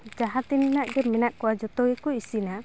ᱡᱟᱦᱟᱸ ᱛᱤᱱᱟᱹᱜ ᱜᱮ ᱢᱮᱱᱟᱜ ᱠᱚᱣᱟ ᱡᱚᱛᱚ ᱜᱮᱠᱚ ᱤᱥᱤᱱᱟ